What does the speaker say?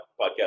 podcast